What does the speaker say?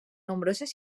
nombroses